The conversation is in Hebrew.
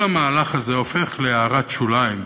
כל המהלך הזה הופך להערת שוליים,